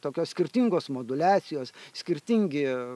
tokios skirtingos moduliacijos skirtingi